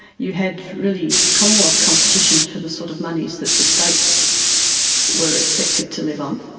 you had really commonwealth competition for the sort of monies that the states were expected to live on.